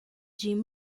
jim